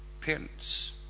parents